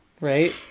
Right